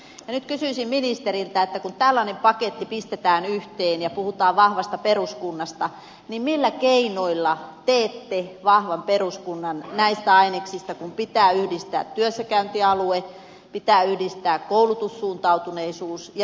nyt kysyisin ministeriltä että kun tällainen paketti pistetään yhteen ja puhutaan vahvasta peruskunnasta niin millä keinoilla teette vahvan peruskunnan näistä aineksista kun pitää yhdistää työssäkäyntialue pitää yhdistää koulutussuuntautuneisuus ja terveydenhuolto